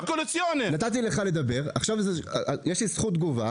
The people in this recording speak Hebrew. נתתי לך לדבר, עכשיו יש לי זכות תגובה.